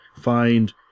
find